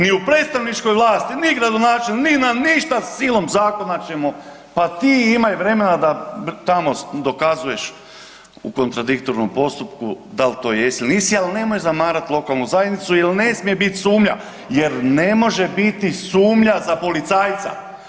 Ni u predstavničkoj vlasti ni gradonačelnik ni, na ništa, silom zakona ćemo pa ti imaj vremena da tamo dokazuješ u kontradiktornom postupku da li to jesi ili nisi, ali nemoj zamarati lokalnu zajednicu jer ne smije biti sumnja, jer ne može biti sumnja za policajca.